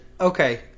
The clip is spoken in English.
Okay